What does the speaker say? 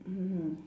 mmhmm hmm